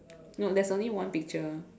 no there's only one picture